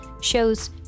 shows